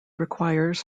requires